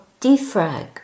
Defrag